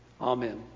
Amen